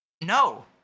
No